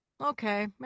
okay